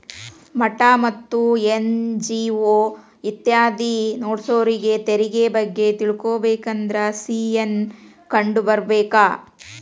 ಮಠಾ ಮತ್ತ ಎನ್.ಜಿ.ಒ ಇತ್ಯಾದಿ ನಡ್ಸೋರಿಗೆ ತೆರಿಗೆ ಬಗ್ಗೆ ತಿಳಕೊಬೇಕಂದ್ರ ಸಿ.ಎ ನ್ನ ಕಂಡು ಬರ್ಬೇಕ